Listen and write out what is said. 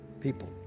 people